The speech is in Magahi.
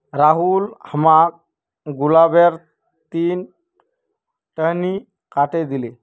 राहुल हमाक गुलाबेर तीन टहनी काटे दिले